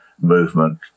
movement